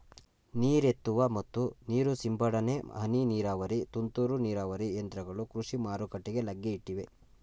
ನೀರೆತ್ತುವ ಮತ್ತು ನೀರು ಸಿಂಪಡನೆ, ಹನಿ ನೀರಾವರಿ, ತುಂತುರು ನೀರಾವರಿ ಯಂತ್ರಗಳು ಕೃಷಿ ಮಾರುಕಟ್ಟೆಗೆ ಲಗ್ಗೆ ಇಟ್ಟಿವೆ